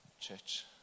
church